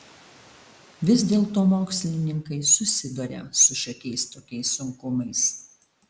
vis dėlto mokslininkai susiduria su šiokiais tokiais sunkumais